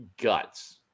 guts